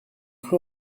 cru